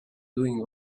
doing